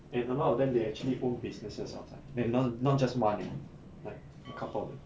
and a lot of them they actually own businesses outside eh not not just one eh like a couple